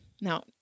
Now